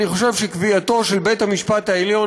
אני חושב שקביעתו של בית-המשפט העליון